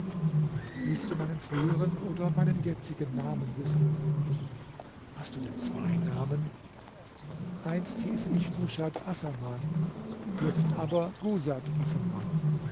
willst du meinen früheren oder meinen jetzigen namen wissen hast du denn zwei namen einst hieß ich nushat assaman zeitlust jetzt aber